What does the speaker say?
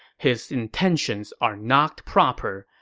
his intentions are not proper.